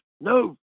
no